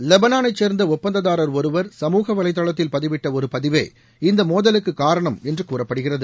லெபனானைச் சேர்ந்த ஒப்பந்ததாரர் ஒருவர் சமூக வலைதளத்தில் பதிவிட்ட ஒரு பதிவே இந்த மோதலுக்கு காரணம் என்று கூறப்படுகிறது